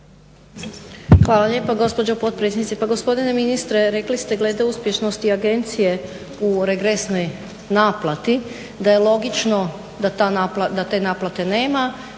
Hvala lijepa gospođo potpredsjednice. Pa gospodine ministre, rekli ste glede uspješnosti agencije u regresnoj naplati da je logično da te naplate nema